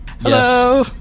Hello